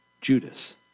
Judas